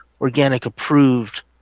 organic-approved